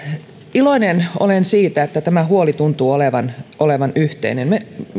iloinen olen siitä että tämä huoli tuntuu olevan olevan yhteinen